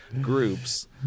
groups